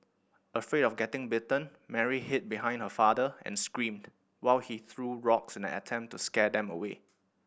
afraid of getting bitten Mary hid behind her father and screamed while he threw rocks in an attempt to scare them away